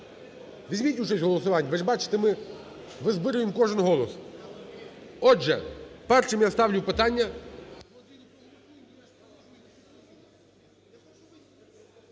візьміть участь у голосуванні, ви ж бачите, ми збираємо кожен голос. Отже, першим я ставлю питання.